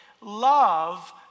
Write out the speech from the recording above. love